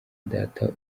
data